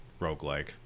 roguelike